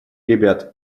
ребят